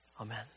Amen